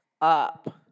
up